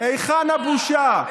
היכן הבושה?